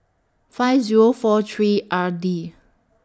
five Zero four three R D